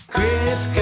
Chris